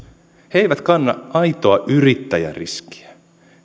he eivät kanna aitoa yrittäjäriskiä no